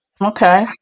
Okay